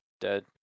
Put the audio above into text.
dead